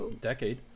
decade